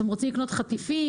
אתם רוצים לסמן חטיפים,